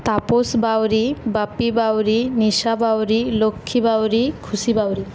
Tapas Bauri Bapi Bauri Nisha Bauri Lakshmi Bauri Khushi Bauri